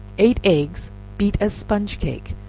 eight eggs beat as sponge cake,